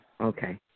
okay